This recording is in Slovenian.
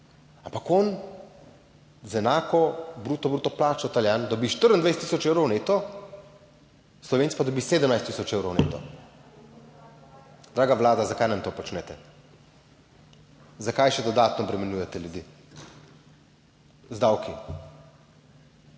Ampak on z enako bruto bruto plačo, Italijan, dobi 24 tisoč evrov neto, Slovenec pa dobi 17 tisoč evrov neto. Draga Vlada, zakaj nam to počnete, zakaj še dodatno obremenjujete ljudi z davki.